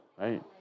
right